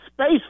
space